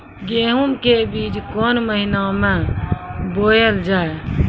गेहूँ के बीच कोन महीन मे बोएल जाए?